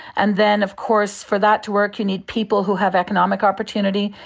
and then of course for that to work you need people who have economic opportunity,